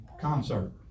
concert